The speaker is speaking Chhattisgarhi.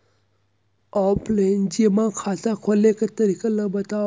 ऑफलाइन जेमा खाता खोले के तरीका ल बतावव?